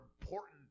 important